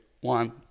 one